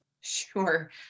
Sure